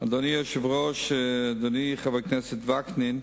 אדוני היושב-ראש, אדוני חבר הכנסת וקנין,